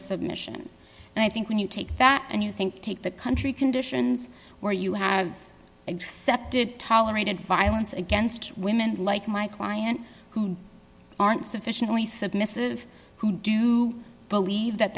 submission and i think when you take that and you think take the country conditions where you have accepted tolerated violence against women like my client who aren't sufficiently submissive who do believe that